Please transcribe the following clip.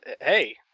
hey